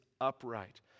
upright